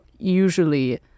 Usually